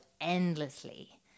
endlessly